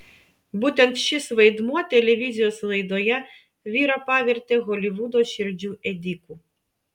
būtent šis vaidmuo televizijos laidoje vyrą pavertė holivudo širdžių ėdiku